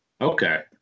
Okay